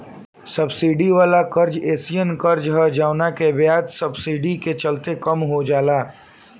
subsidy वाला कर्जा एयीसन कर्जा ह जवना के ब्याज सब्सिडी के चलते कम हो जाला